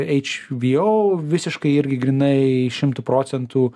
hbo visiškai irgi grynai šimtu procentų